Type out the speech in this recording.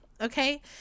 Okay